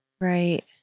Right